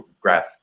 graph